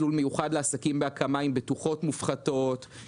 מסלול מיוחד לעסקים בהקמה עם בטוחות מופחתות,